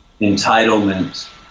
entitlement